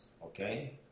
Okay